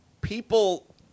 people